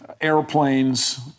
airplanes